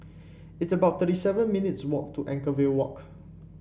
it's about thirty seven minutes walk to Anchorvale Walk